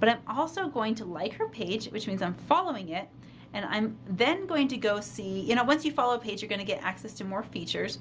but i'm also going to like her page which means i'm following it and i'm then going to go see, you know, once you follow a page, you're going to get access to more features,